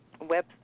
web